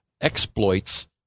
exploits